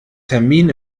termin